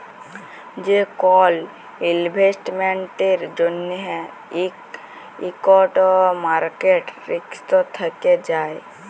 যে কল ইলভেস্টমেল্টের জ্যনহে ইকট মার্কেট রিস্ক থ্যাকে যায়